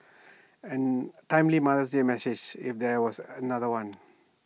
timely mother's day message if there was another one